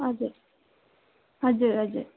हजुर हजुर हजुर